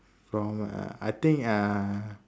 from uh I think ah